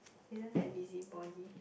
isn't that busybody